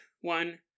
one